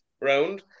round